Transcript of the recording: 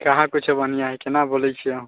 कहाँ किछु बढ़िआँ हइ कोना बोलै छिए अहाँ